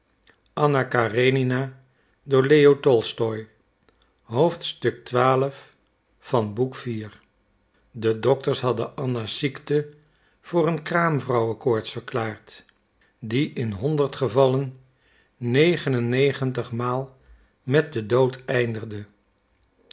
de dokters hadden anna's ziekte voor een kraamvrouwenkoorts verklaard die in honderd gevallen negen en negentig maal met den dood